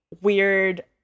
weird